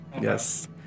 yes